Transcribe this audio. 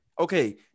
Okay